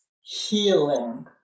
healing